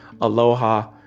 Aloha